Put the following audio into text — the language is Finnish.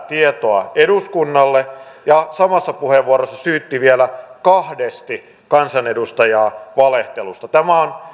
tietoa eduskunnalle ja samassa puheenvuorossa syytti vielä kahdesti kansanedustajaa valehtelusta tämä